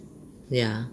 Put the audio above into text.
ya